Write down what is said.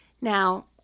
Now